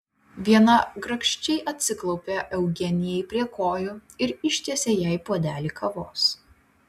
viena grakščiai atsiklaupė eugenijai prie kojų ir ištiesė jai puodelį kavos